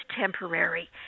temporary